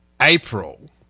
april